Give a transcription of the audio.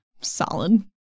Solid